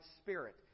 spirit